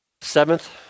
Seventh